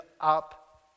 up